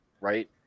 Right